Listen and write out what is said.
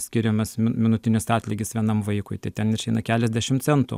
skiriamas mi minutinis atlygis vienam vaikui tai ten išeina keliasdešim centų